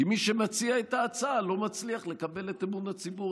כי מי שמציע את ההצעה לא מצליח לקבל את אמון הציבור,